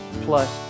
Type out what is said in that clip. plus